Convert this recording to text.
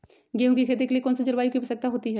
गेंहू की खेती के लिए कौन सी जलवायु की आवश्यकता होती है?